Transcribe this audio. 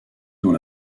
dont